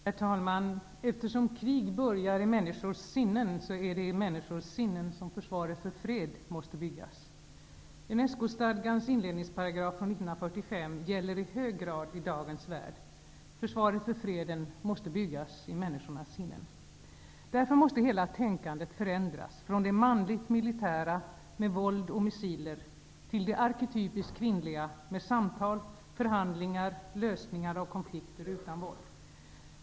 Herr talman! ''Eftersom krig börjar i människors sinnen, är det i människors sinnen som försvaret för fred måste byggas.'' Unesco-stadgans inledningsparagraf från l945 gäller i hög grad i dagens värld. Försvaret för freden måste byggas i människornas sinnen. Därför måste hela tänkandet förändras -- från det manligt militära med våld och missiler, till det arketypiskt kvinnliga med samtal, förhandlingar, lösningar av konflikter utan våld.